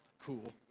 Cool